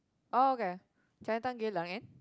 orh okay Chinatown Geylang and